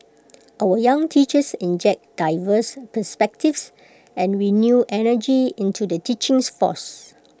our young teachers inject diverse perspectives and renewed energy into the force